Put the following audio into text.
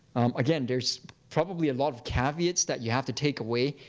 again, there's probably a lot of caveats that you have to take away,